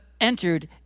entered